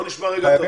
נכון מאוד, אמת.